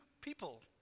people